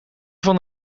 van